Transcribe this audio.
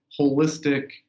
holistic